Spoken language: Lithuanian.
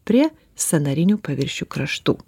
prie sąnarinių paviršių kraštų